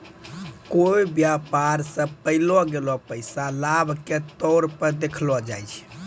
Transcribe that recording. कोय व्यापार स पैलो गेलो पैसा लाभ के तौर पर देखलो जाय छै